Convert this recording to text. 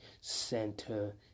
Center